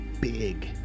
big